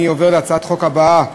אני עובר להצעת החוק הבאה,